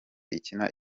ikina